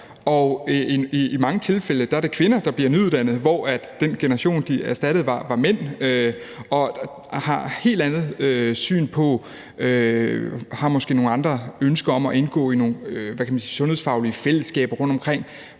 i mange tilfælde er det kvinder, der bliver nyuddannet, hvor den generation, de erstattede, var mænd, og de har måske nogle andre ønsker om at indgå i nogle sundhedsfaglige fællesskaber rundtomkring.